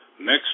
next